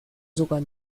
sogar